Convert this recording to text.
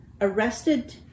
arrested